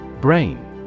Brain